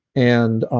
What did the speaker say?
and